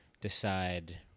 decide